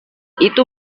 itu